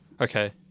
okay